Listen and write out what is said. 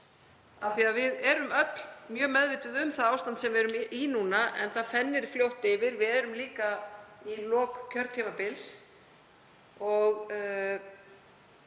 inn núna. Við erum öll mjög meðvituð um það ástand sem við erum í núna, en það fennir fljótt yfir. Við nálgumst líka lok kjörtímabils og